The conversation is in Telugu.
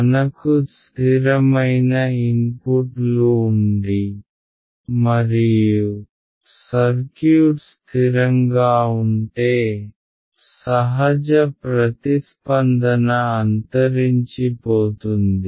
మనకు స్ధిరమైన ఇన్పుట్లు ఉండి మరియు సర్క్యూట్ స్థిరంగా ఉంటే సహజ ప్రతిస్పందన అంతరించిపోతుంది